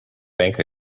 bank